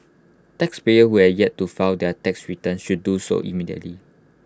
taxpayers who have yet to file their tax returns should do so immediately